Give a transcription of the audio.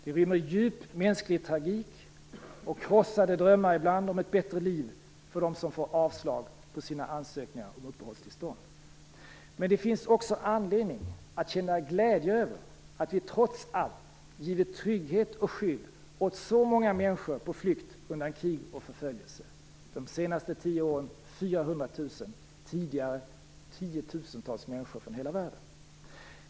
Det rymmer djup mänsklig tragik och ibland krossade drömmar om ett bättre liv för dem som får avslag på sina ansökningar om uppehållstillstånd. Men det finns också anledning att känna glädje över att vi trots allt givit trygghet och skydd åt så många människor på flykt undan krig och förföljelse. De senaste tio åren har det varit 400 000 personer, tidigare har det varit tiotusentals människor från hela världen.